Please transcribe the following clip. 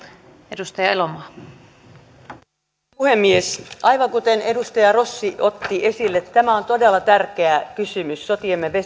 arvoisa puhemies aivan kuten edustaja rossi otti esille tämä on todella tärkeä kysymys sotiemme